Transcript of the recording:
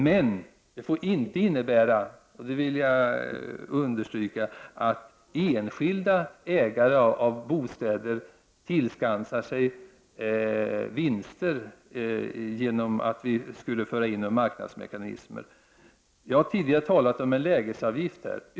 Men det får inte innebära, det vill jag understryka, att enskilda ägare av bostäder tillskansar sig vinster genom att vi för in marknadsmekanismer. Jag har tidigare talat om en lägesavgift.